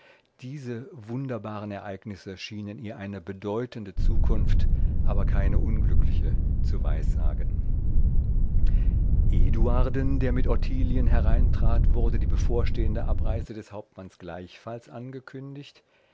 diese wunderbaren ereignisse schienen ihr eine bedeutende zukunft aber keine unglückliche zu weissagen eduarden der mit ottilien hereintrat wurde die bevorstehende abreise des hauptmanns gleichfalls angekündigt